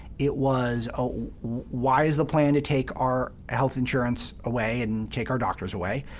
it was, why is the plan to take our health insurance away and and take our doctors away?